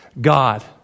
God